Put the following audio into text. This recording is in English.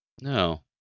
No